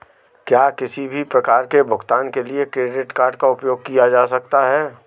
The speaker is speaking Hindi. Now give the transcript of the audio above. क्या किसी भी प्रकार के भुगतान के लिए क्रेडिट कार्ड का उपयोग किया जा सकता है?